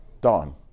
dawn